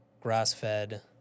grass-fed